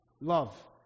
Love